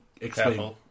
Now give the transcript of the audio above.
Explain